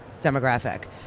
demographic